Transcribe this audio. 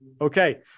Okay